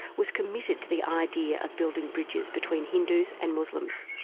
was committed to the idea of building bridges between hindus and muslims.